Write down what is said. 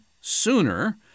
sooner